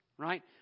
right